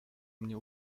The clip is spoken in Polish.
mnie